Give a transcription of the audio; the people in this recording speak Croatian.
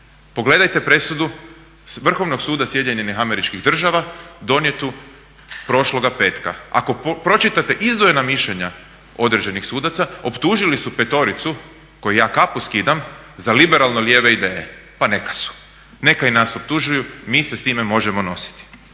Pogledajte presudu Vrhovnog suda SAD-a donijetu prošloga petka. Ako pročitate izdvojena mišljenja određenih sudaca, optužili su petoricu koju ja kapu skidam, za liberalno lijeve ideje. Pa neka su. Neka i nas optužuju, mi se s time možemo nositi.